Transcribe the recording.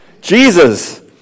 Jesus